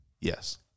Yes